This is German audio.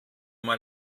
mal